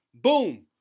Boom